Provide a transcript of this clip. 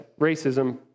racism